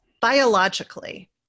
biologically